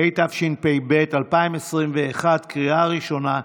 התשפ"ב 2021, לקריאה ראשונה.